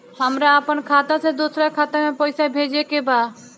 हमरा आपन खाता से दोसरा खाता में पइसा भेजे के बा